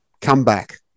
comeback